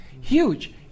huge